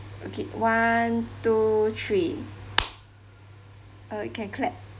okay one two three uh you can clap